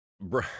Bro